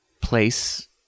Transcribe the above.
place